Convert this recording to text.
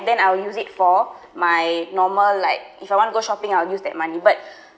then I'll use it for my normal like if I want to go shopping I will use that money but